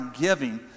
giving